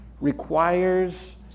requires